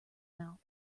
mouth